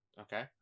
Okay